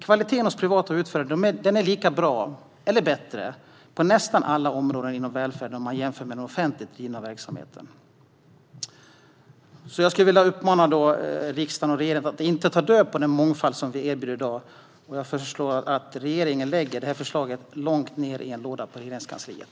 Kvaliteten hos privata utförare är lika bra eller bättre på nästan alla områden inom välfärden jämfört med den offentligt drivna verksamheten. Jag vill uppmana riksdag och regering att inte ta död på den mångfald vi i dag erbjuder, och jag föreslår att regeringen lägger detta förslag långt ned i en låda på Regeringskansliet.